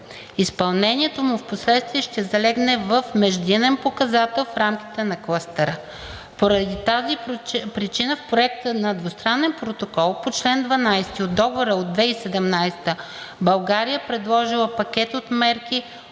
Изпълнението му впоследствие ще залегне в междинен показател в рамките на клъстера. Поради тази причина в Проекта на двустранен протокол по чл. 12 от Договора от 2017 г. България е предложила пакет от мерки,